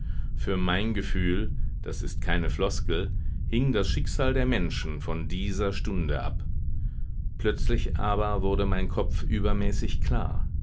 für mein gefühl das ist keine floskel hing das schicksal der menschen von dieser stunde ab plötzlich aber wurde mein kopf übermäßig klar